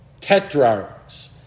tetrarchs